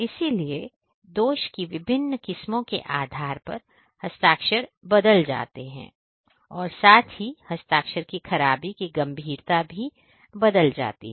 इसीलिए दोष की विभिन्न किस्मों के आधार पर हस्ताक्षर बदल जाते हैं और साथ ही हस्ताक्षर की खराबी की गंभीरता भी बदल जाती है